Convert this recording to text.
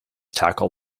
tackle